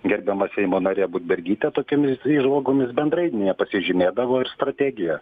gerbiama seimo narė budbergytė tokiomis įžvalgomis bendrai nepasižymėdavo ir strategija